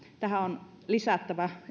tähän on lisättävä